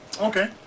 Okay